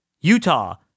Utah